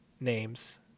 names